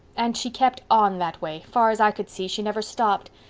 and she kept on that way. far's i could see she never stopped.